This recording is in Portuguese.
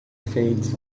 feito